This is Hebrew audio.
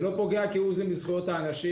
זה לא פוגע כהוא זה בזכויות האנשים.